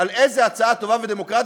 על איזה הצעה טובה ודמוקרטית,